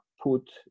put